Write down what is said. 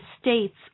states